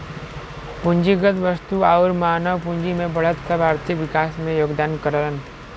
पूंजीगत वस्तु आउर मानव पूंजी में बढ़त सब आर्थिक विकास में योगदान करलन